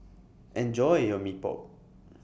Enjoy your Mee Pok